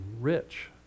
rich